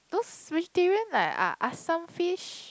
those vegetarian like uh assam fish